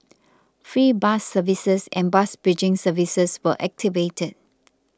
free bus services and bus bridging services were activated